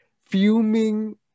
fuming